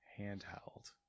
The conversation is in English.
Handheld